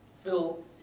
Phil